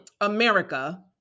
America